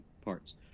parts